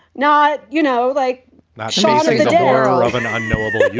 not, you know, like not death of an unknowable.